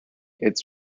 its